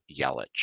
Yelich